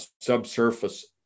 subsurface